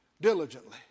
diligently